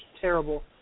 terrible